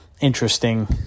Interesting